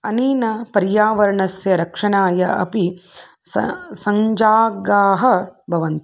अनेन पर्यावरणस्य रक्षणाय अपि स सञ्जागाः भवन्ति